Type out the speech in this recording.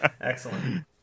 Excellent